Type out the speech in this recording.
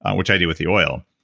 um which i do with the oil,